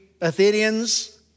Athenians